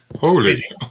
Holy